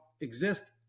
exist